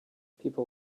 people